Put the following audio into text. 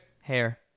Hair